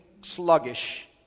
sluggish